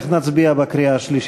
איך נצביע בקריאה השלישית,